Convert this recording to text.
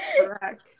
Correct